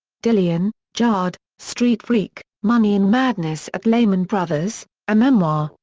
dillian, jared, street freak money and madness at lehman brothers a memoir,